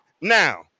Now